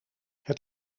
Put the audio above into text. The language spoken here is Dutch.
het